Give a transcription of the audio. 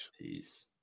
Peace